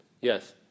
Yes